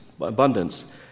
abundance